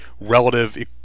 relative